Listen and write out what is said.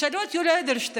תשאלו את יולי אדלשטיין,